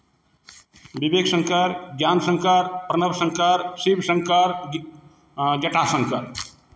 विदेह शंकर ज्ञान शंकर प्रणव शंकर शिव शंकर आ जटा शंकर